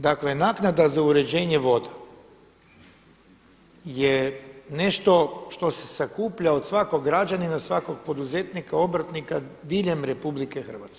Dakle, naknada za uređenje voda je nešto što se sakuplja od svakog građanina, svakog poduzetnika, obrtnika diljem RH.